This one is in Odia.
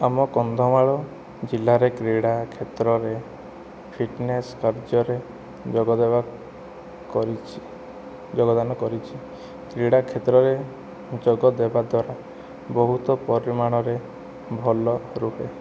ଆମ କନ୍ଧମାଳ ଜିଲ୍ଲାରେ କ୍ରୀଡ଼ା କ୍ଷେତ୍ରରେ ଫିଟନେସ୍ କାର୍ଯ୍ୟରେ ଯୋଗଦେବାକୁ କରିଛି ଯୋଗଦାନ କରିଛି କ୍ରୀଡ଼ା କ୍ଷେତ୍ରରେ ଯୋଗ ଦେବା ଦ୍ୱାରା ବହୁତ ପରିମାଣରେ ଭଲ ରହେ